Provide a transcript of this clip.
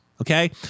okay